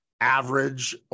average